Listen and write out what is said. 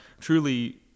truly